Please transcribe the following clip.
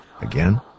Again